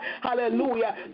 Hallelujah